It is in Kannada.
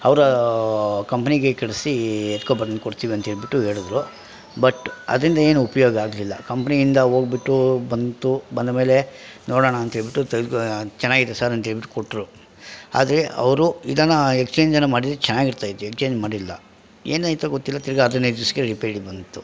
ಅವರ ಕಂಪ್ನಿಗೆ ಕಳಿಸಿ ಎತ್ಕೊಬಂದು ಕೊಡ್ತೀವಿ ಅಂತೇಳ್ಬಿಟ್ಟು ಹೇಳದ್ರು ಬಟ್ ಅದರಿಂದ ಏನೂ ಉಪಯೋಗ ಆಗಲಿಲ್ಲ ಕಂಪ್ನಿಯಿಂದ ಹೋಗ್ಬಿಟ್ಟು ಬಂತು ಬಂದ ಮೇಲೆ ನೋಡೋಣ ಅಂತೇಳ್ಬಿಟ್ಟು ಚೆನ್ನಾಗಿದೆ ಸರ್ ಅಂತೇಳ್ಬಿಟ್ಟು ಕೊಟ್ಟರು ಆದರೆ ಅವರು ಇದನ್ನು ಎಕ್ಸ್ಚೇಂಜ್ ಏನೋ ಮಾಡಿದ್ರೆ ಚೆನ್ನಾಗಿರ್ತಾ ಇತ್ತು ಎಕ್ಸ್ಚೇಂಜ್ ಮಾಡಿಲ್ಲ ಏನಾಯಿತೋ ಗೊತ್ತಿಲ್ಲ ತಿರ್ಗಾ ಹದಿನೈದು ದಿಸಕ್ಕೆ ರಿಪೇರಿ ಬಂತು